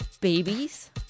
babies